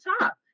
top